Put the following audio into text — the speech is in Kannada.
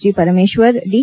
G Parameshwar the